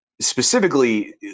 specifically